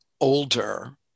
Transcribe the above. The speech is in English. older